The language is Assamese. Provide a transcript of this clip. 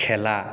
খেলা